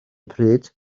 pryd